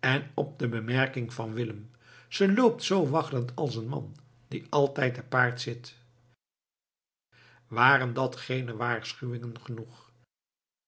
en op de bemerking van willem ze loopt zoo waggelend als een man die altijd te paard zit waren dat geene waarschuwingen genoeg